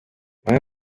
bamwe